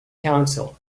council